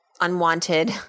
unwanted